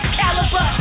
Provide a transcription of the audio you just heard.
caliber